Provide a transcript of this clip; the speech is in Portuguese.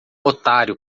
otário